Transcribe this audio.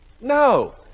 No